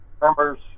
members